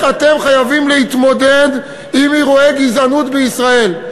אתם חייבים להתמודד עם אירועי גזענות בישראל.